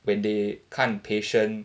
when they 看 patient